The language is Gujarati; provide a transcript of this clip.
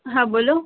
હા બોલો